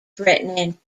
threatening